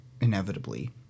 inevitably